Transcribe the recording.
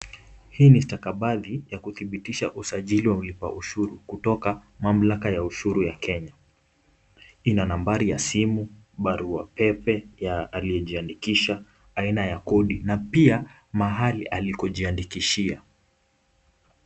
Hii ni stakabadhi ya kudhibitisha usajili wa ulipa ushuru, kutoka mamlaka ya ushuru ya Kenya. Ina nambari ya simu, barua pepe ya aliyejiandikisha, aina ya kodi na pia mahali alikojiandikishia.